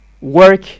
work